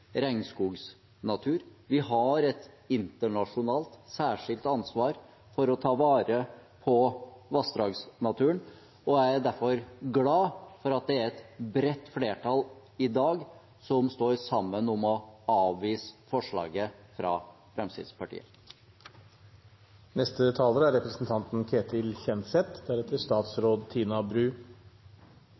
har et internasjonalt særskilt ansvar for å ta vare på vassdragsnaturen. Jeg er derfor glad for at det er et bredt flertall i dag som står sammen om å avvise forslaget fra Fremskrittspartiet.